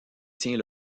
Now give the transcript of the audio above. tient